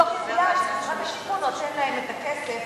מתוך ידיעה שמשרד השיכון נותן להם את הכסף,